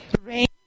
Rain